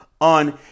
on